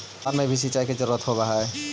धान मे भी सिंचाई के जरूरत होब्हय?